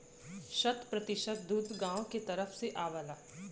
सत्तर प्रतिसत दूध गांव के तरफ से आवला